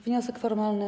Wniosek formalny.